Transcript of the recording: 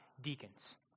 deacons